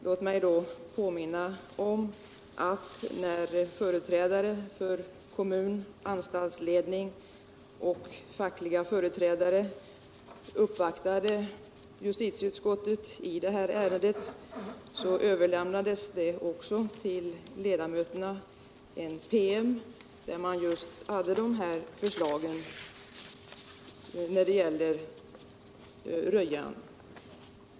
Låt mig då påminna om att när företrädare för kommun och anstaltsledning samt fackliga företrädare uppvaktade justitieutskottet i ärendet, så överlämnades också till ledamöterna en PM, där man just framförde de här förslagen då det gäller Rödjan.